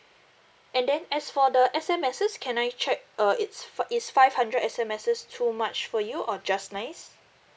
and then as for the S_M_Ses can I check uh it's five is five hundred S_M_Ses too much for you or just nice